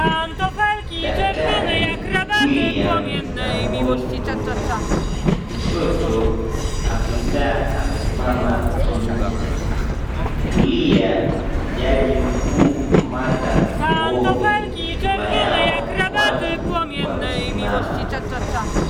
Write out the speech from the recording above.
Daktari William Samoei Ruto. Kushoto, afisaa amesimama kimufti. Kulia jaji mkuu martha Koome. Nyuma yao watu wamesimama.